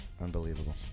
Unbelievable